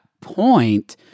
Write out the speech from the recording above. point